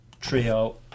trio